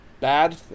bad